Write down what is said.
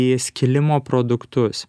į skilimo produktus